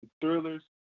thrillers